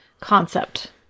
concept